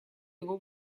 его